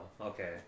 okay